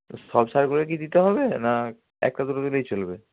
তো সব সারগুলোই কি দিতে হবে না একটা দুটো দিলেই চলবে